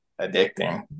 addicting